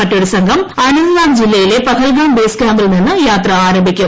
മറ്റൊരു സംഘം അനന്ദ് നാഗ് ജില്ലയിലെ പാഹൽ ഗാം ബേയ്സ് ക്യാമ്പിൽ നിന്നും യാത്ര ആരംഭിക്കും